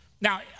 Now